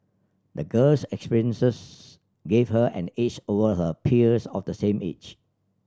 the girl's experiences gave her an edge over her peers of the same age